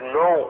no